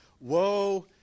woe